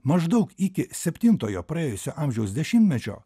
maždaug iki septintojo praėjusio amžiaus dešimtmečio